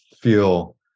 feel